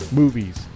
movies